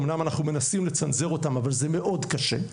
אומנם אנחנו מנסים לצנזר אותם אבל זה מאוד קשה.